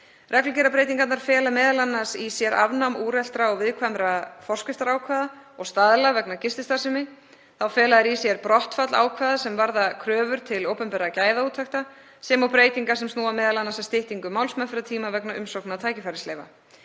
Reglugerðarbreytingarnar fela m.a. í sér afnám úreltra og viðkvæmra forskriftarákvæða og staðla vegna gististarfsemi. Þá fela þær í sér brottfall ákvæða sem varða kröfur til opinberra gæðaúttekta sem og breytingar sem snúa m.a. að styttingu málsmeðferðartíma vegna umsókna tækifærisleyfa.